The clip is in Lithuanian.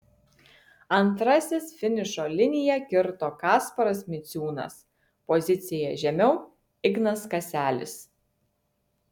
antrasis finišo liniją kirto kasparas miciūnas pozicija žemiau ignas kaselis